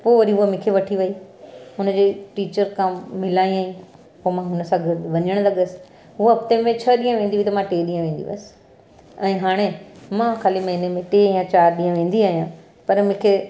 पोइ वरी हूअ मूंखे वठी वई हुनजे टीचर सां मिलायाईं त मां हुन सां गॾु वञणु लॻसि हूअ हफ़्ते में छह ॾींहं वेंदी हुई त मां टे ॾींहं वेंदी हुयसि ऐं हाणे मां ख़ाली महीने में टे या चार ॾींहं वेंदी आहियां पर मूंखे